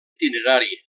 itinerari